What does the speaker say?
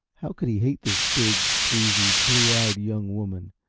how could he hate this big, breezy, blue-eyed young woman?